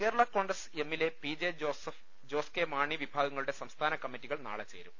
Kerala Congress എമ്മിലെ P J Joseph Jose K Mani വിഭാഗങ്ങളുടെ സംസ്ഥാന കമ്മിറ്റി കൾ നാളെ ചേരും